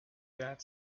that